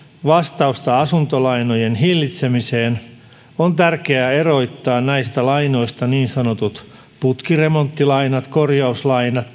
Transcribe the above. vastausta asuntolainojen hillitsemiseen on tärkeää erottaa näistä lainoista niin sanotut putkiremonttilainat korjauslainat